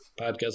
podcast